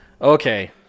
okay